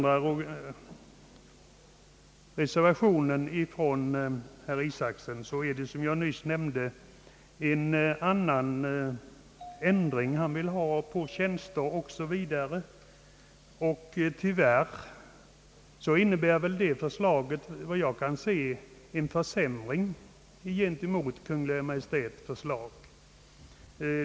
I reservation nr 3 förordar herr Isacson, såsom jag nyss nämnde, en ändring beträffande tjänsterna. Tyvärr innebär väl det förslaget efter vad jag kan se en försämring gentemot Kungl. Maj:ts förslag.